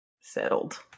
settled